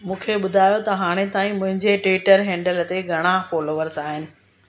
मूंखे ॿुधायो त हाणे ताईं मुंहिंजे ट्विटर हैंडल ते घणा फॉलोवर्स आहिनि